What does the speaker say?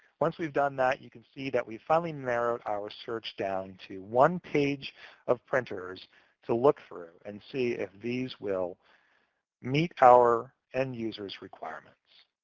once we've done that, you can see that we've finally narrowed our search down to one page of printers to look through and see if these will meet our end-user's requirements.